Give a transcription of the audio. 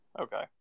Okay